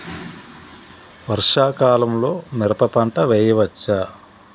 వర్షాకాలంలో మిరప పంట వేయవచ్చా?